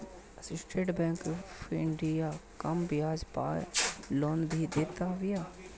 estate Bank of India कम बियाज पअ लोन भी देत बिया